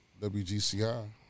wgci